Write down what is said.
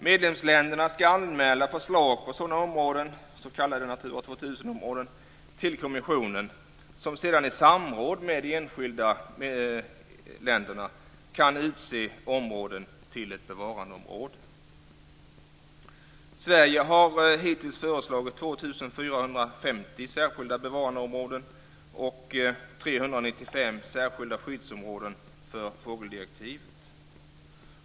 Medlemsländerna ska anmäla förslag på sådana områden - s.k. Natura 2000 områden - till kommissionen, som sedan i samråd med de enskilda länderna kan utse områden till bevarandeområden. Sverige har hittills föreslagit 2 450 särskilda bevarandeområden och 395 särskilda skyddsområden för fågeldirektivet.